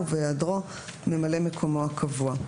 ובהיעדרו ממלא מקומו הקבוע.